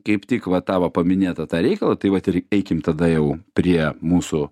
kaip tik va tavo paminėtą tą reikalą tai vat ir eikim tada jau prie mūsų